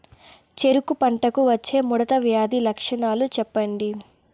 చెరుకు పంటకు వచ్చే ముడత వ్యాధి లక్షణాలు చెప్పండి?